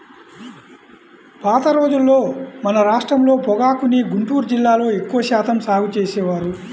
పాత రోజుల్లో మన రాష్ట్రంలో పొగాకుని గుంటూరు జిల్లాలో ఎక్కువ శాతం సాగు చేసేవారు